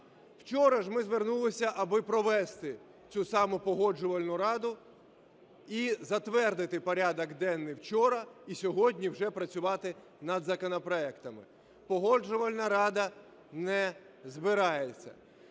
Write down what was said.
вчора ж ми звернулися, аби провести цю саму Погоджувальну раду і затвердити порядок денний вчора, і сьогодні вже працювати над законопроектами. Погоджувальна рада не збирається.